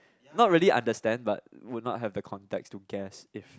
not really understand but would not have the context to guess if